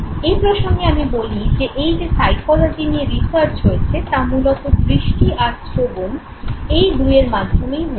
এই প্রসঙ্গে আমি বলি এই যে সাইকোলজি নিয়ে রিসার্চ হয়েছে তা মূলত দৃষ্টি আর শ্রবণ এই দুইয়ের মাধ্যমেই হয়েছে